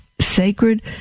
sacred